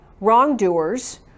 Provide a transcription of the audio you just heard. wrongdoers